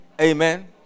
Amen